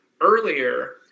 earlier